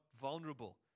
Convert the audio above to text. vulnerable